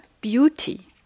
beauty